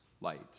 light